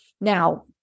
Now